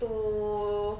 to